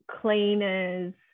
cleaners